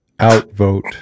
outvote